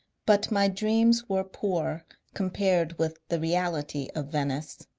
but my dreams were poor compared with the reality of venice.